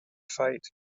fight